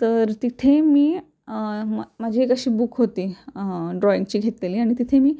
तर तिथे मी माझी एक अशी बुक होती ड्रॉईंगची घेतलेली आणि तिथे मी